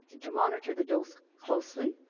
to monitor the dose closely.